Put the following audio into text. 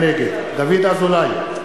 נגד דוד אזולאי,